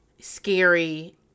scary